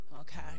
Okay